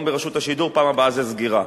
ברשות השידור בפעם הבאה זה סגירה,